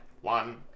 One